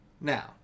Now